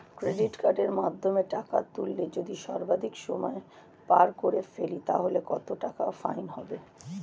Credit কার্ডের মাধ্যমে টাকা তুললে যদি সর্বাধিক সময় পার করে ফেলি তাহলে কত টাকা ফাইন হবে?